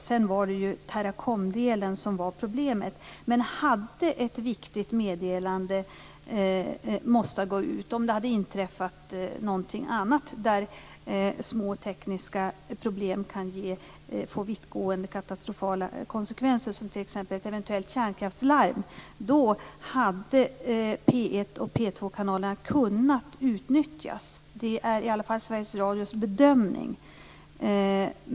Sedan var det ju Teracomdelen som var problemet. Men hade ett viktigt meddelande behövt sändas ut, om det hade inträffat något annat där små tekniska problem kan få vittgående, katastrofala konsekvenser - t.ex. ett eventuellt kärnkraftslarm - så hade P 1 och P 2 kunnat utnyttjas. Det är i alla fall Sveriges Radios bedömning.